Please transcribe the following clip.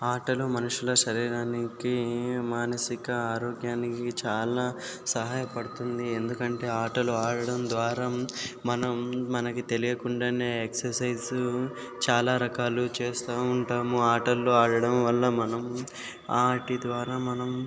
ఆటలు మనుషుల శరీరానికి మానసిక ఆరోగ్యానికి చాలా సహాయపడుతుంది ఎందుకంటే ఆటలు ఆడడం ద్వారా మనం మనకి తెలియకుండానే ఎక్సర్సైజ్ చాలా రకాలు చేస్తూ ఉంటాము ఆటల్లో ఆడడం వల్ల మనం వాటి ద్వారా మనం